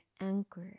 anchor